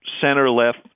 center-left